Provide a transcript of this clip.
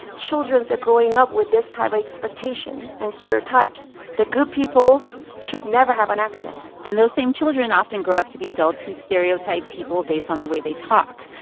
children are growing up with this type of expectation and stereotypes that good people should never have an accent and those same children often grow up to be adults who stereotype people based on the way they talk.